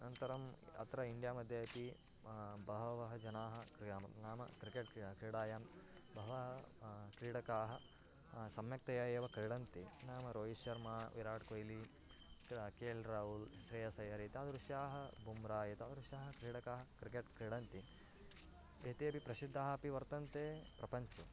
अनन्तरम् अत्र इण्डियामध्ये अपि बहवः जनाः क्रिया नाम क्रिकेट् कीडा क्रीडायां बहवः क्रीडकाः सम्यक्तया एव क्रीडन्ति नाम रोयित्शर्म विराट्कोय्लि तत्र के एल् रावुव् सेयासयार् एतादृशाः बुम्रा एतादृशाः क्रीडकाः क्रिकेट् क्रीडन्ति एतेपि प्रसिद्धाः अपि वर्तन्ते प्रपञ्चे